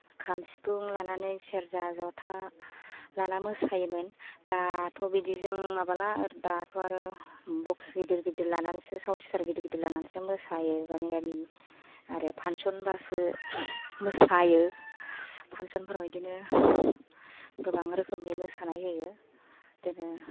खाम सिफुं लानानै सेरजा ज'था लाना मोसायोमोन दाथ' बिदिजों माबाला दाथ' आरो बक्स गिदिर गिदिर लानानैसो साउन्ड स्तार गिदिर गिदिर लानानैसो मोसायो गामि गामि आरो फानसनबासो मोसायो फानसनफोराव बिदिनो गोबां रोखोमनि मोसानाय होयो दिनो